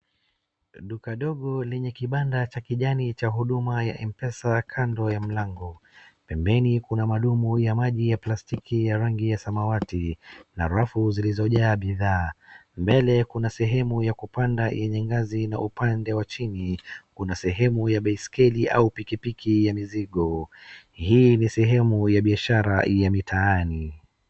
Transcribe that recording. Duka dongo lenye kibanda la kijani lenye huduma ya mpesa kando ya mlango. Pembeni kuna madumu ya maji ya plastiki ya rangi ya samawati, na rafu ziloizojaa bidhaa. Mbele kuna sehemu ya kupanda yenye ngazi na upande wa chini. Kuna sehemu ya baiskeli au pikipiki ya mizigo. Hii ni sehemu ya biashara ya mitaani.